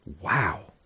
Wow